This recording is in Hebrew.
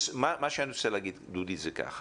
מה שאני רוצה להגיד דודי זה ככה,